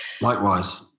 Likewise